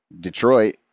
Detroit